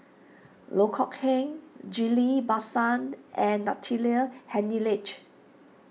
Loh Kok Heng Ghillie Basan and Natalie Hennedige